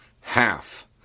half